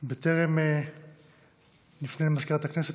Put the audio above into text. בטרם אפנה למזכירת הכנסת,